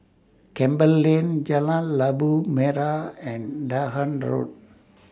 Campbell Lane Jalan Labu Merah and Dahan Road